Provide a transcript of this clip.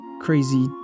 crazy